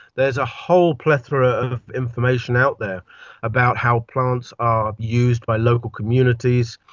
there's a whole plethora of information out there about how plants are used by local communities,